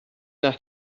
nach